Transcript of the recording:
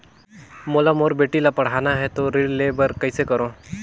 मोला मोर बेटी ला पढ़ाना है तो ऋण ले बर कइसे करो